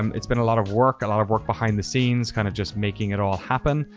um it's been a lot of work, a lot of work behind the scenes, kind of just making it all happen.